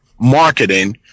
marketing